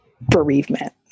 bereavement